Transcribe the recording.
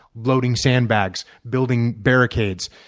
loading sand bags, building barricades.